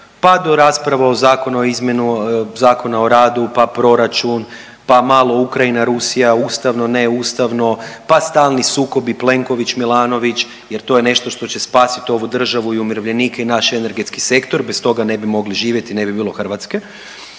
pa do rasprave o Zakonu o izmjeni Zakona o radu, pa proračun, pa malo Ukrajina, Rusija, ustavno, neustavno, pa stalni sukobi Plenković Milanović jer to je nešto što će spasit ovu državu i umirovljenike i naš energetski sektor, bez toga ne bi mogli živjeti i ne bi bilo Hrvatske.